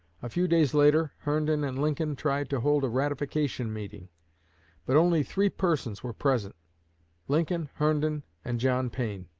a few days later, herndon and lincoln tried to hold a ratification meeting but only three persons were present lincoln, herndon, and john pain.